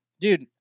dude